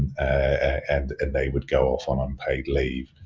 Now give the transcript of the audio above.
and and they would go off on unpaid leave.